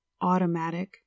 automatic